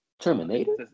terminator